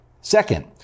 Second